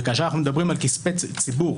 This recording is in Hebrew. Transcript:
וכאשר אנחנו מדברים על כספי ציבור,